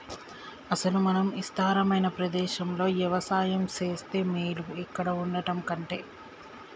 అసలు మనం ఇస్తారమైన ప్రదేశంలో యవసాయం సేస్తే మేలు ఇక్కడ వుండటం కంటె